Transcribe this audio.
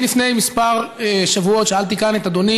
אני לפני כמה שבועות שאלתי כאן את אדוני